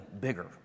bigger